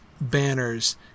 banners